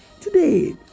Today